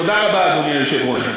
תודה רבה, אדוני היושב-ראש.